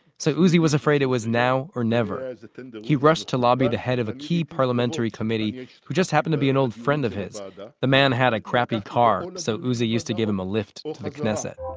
so uzi was afraid it was now or never. and he rushed to lobby the head of a key parliamentary committee who just happened to be an old friend of his. ah and the man had a crappy car, so uzi used to give him a lift to the knesset